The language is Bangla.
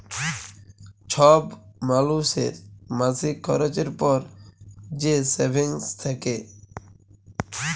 ছব মালুসের মাসিক খরচের পর যে সেভিংস থ্যাকে